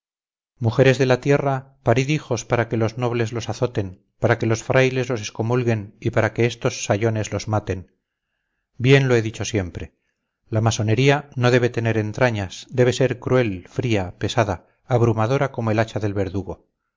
mujeres de la tierra parid hijos para que los nobles los azoten para que los frailes los excomulguen y para que estos sayones los maten bien lo he dicho siempre la masonería no debe tener entrañas debe ser cruel fría pesada abrumadora como el hacha del verdugo